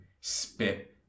spit